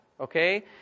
okay